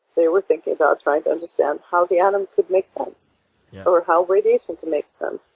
they were thinking about trying to understand how the atom could make sense or how radiation could make sense.